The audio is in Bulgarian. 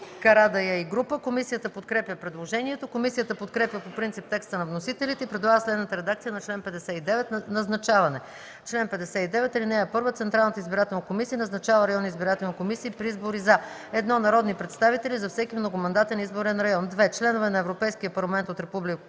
представители. Комисията подкрепя предложението. Комисията подкрепя по принцип текста на вносителите и предлага следната редакция за чл. 59: „Назначаване Чл. 59. (1) Централната избирателна комисия назначава районни избирателни комисии при избори за: 1. народни представители - за всеки многомандатен изборен район; 2. членове на Европейския парламент от Република